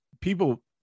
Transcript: people